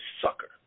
sucker